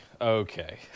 Okay